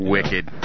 Wicked